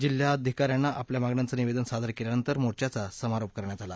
जिल्ह्याधिकाऱ्यांना आपल्या मागण्याचं निवदेन सादर केल्यानंतर मोर्चाचा समारोप करण्यात आला